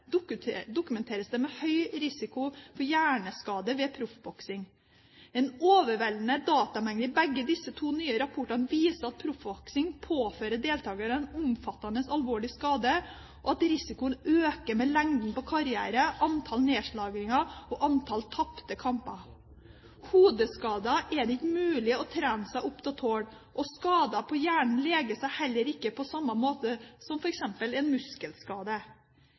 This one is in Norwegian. dokumenteres det at det er høy risiko for hjerneskade ved proffboksing. En overveldende datamengde i begge disse to nye rapportene viser at proffboksing påfører deltakerne omfattende og alvorlige skader, og at risikoen øker med lengden på karrieren, antall nedslagninger og antall tapte kamper. Hodeskader er det ikke mulig å trene seg opp til å tåle, og skader på hjernen leger seg heller ikke på samme måte som f.eks. en muskelskade.